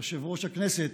יושב-ראש הכנסת,